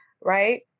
right